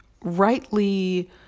rightly